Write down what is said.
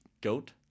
goat